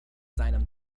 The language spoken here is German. seinem